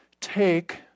take